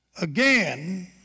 again